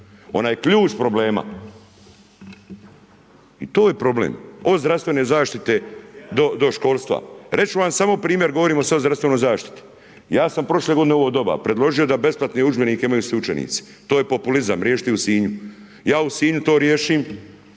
Ona je ključ problema i to je problem od zdravstvene zaštite do školstva. Reći ću vam samo primjer, govorim sada o zdravstvenoj zaštiti. Ja sam prošle godine u ovo doba predložio da besplatne udžbenike imaju svi učenici. To je populizam riješiti u Sinju. Ja u Sinju to riješim